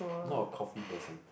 not a coffee person